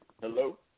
Hello